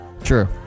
True